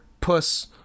Puss